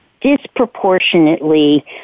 disproportionately